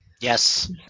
Yes